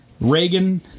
Reagan